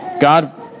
God